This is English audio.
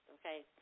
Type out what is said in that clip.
okay